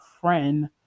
friend